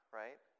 right